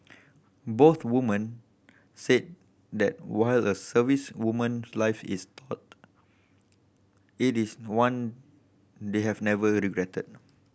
both women said that while a servicewoman's life is it is one they have never regretted